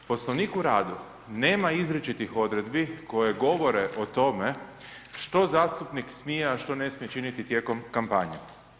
Poslovnik o radu nema izričitih odredbi koje govore o tome što zastupnike smije, a što ne smije činiti tijekom kampanje.